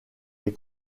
les